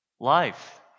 Life